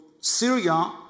Syria